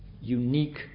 unique